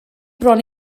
bron